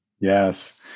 Yes